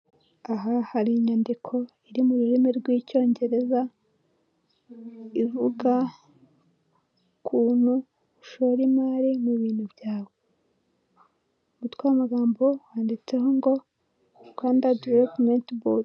Aha hari inyandiko iri mu rurimi rw'icyongereza, ivuga ukuntu ushora imari mu bintu byawe. Umutwe w'amagambo wanditseho ngo Rwanda Divelopumenti Bodi.